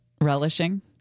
Relishing